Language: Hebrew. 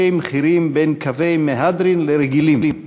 בין קווי מהדרין לקווים רגילים, רגילים,